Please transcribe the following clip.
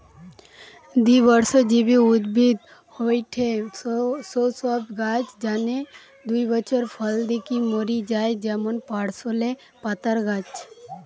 দ্বিবর্ষজীবী উদ্ভিদ হয়ঠে সৌ সব গাছ যানে দুই বছর ফল দিকি মরি যায় যেমন পার্সলে পাতার গাছ